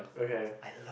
okay